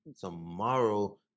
Tomorrow